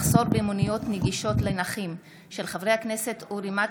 בהצעתם של חברי הכנסת אורי מקלב,